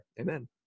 Amen